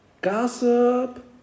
Gossip